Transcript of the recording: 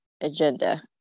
agenda